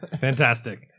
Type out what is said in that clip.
Fantastic